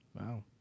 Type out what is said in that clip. Wow